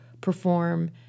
perform